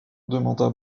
demanda